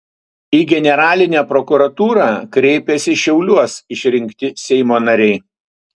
į generalinę prokuratūrą kreipėsi šiauliuos išrinkti seimo nariai